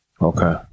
Okay